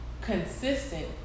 consistent